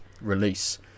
release